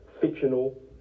fictional